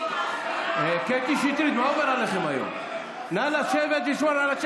מקלב, בעד אבתיסאם מראענה,